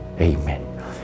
Amen